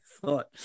thought